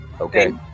okay